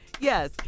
Yes